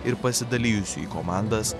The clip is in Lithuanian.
ir pasidalijusių į komandas